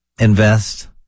invest